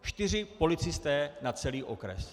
Čtyři policisté na celý okres.